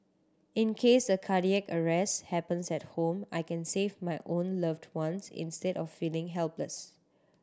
in case a cardiac arrest happens at home I can save my own loved ones instead of feeling helpless